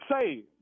Say